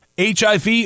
HIV